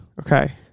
Okay